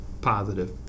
positive